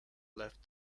left